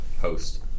host